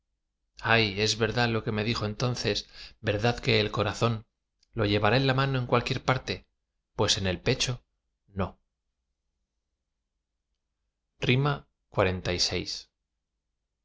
ay es verdad lo que me dijo entonces verdad que el corazón lo llevará en la mano en cualquier parte pero en el pecho no xlvi